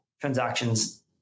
transactions